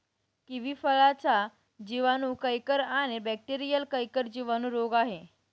kiwi फळाचा जिवाणू canker आणि बॅक्टेरीयल कैंकर जिवाणू रोग आहे